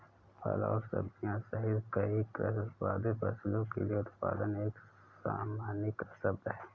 फल और सब्जियां सहित कई कृषि उत्पादित फसलों के लिए उत्पादन एक सामान्यीकृत शब्द है